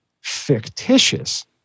fictitious